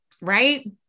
right